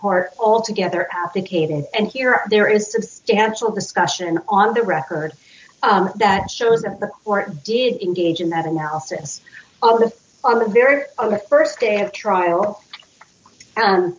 court altogether advocated and here or there is substantial discussion on the record that shows that the or did engage in that analysis oh the on the very st day of trial and